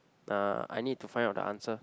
uh I need to find out the answer